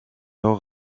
alors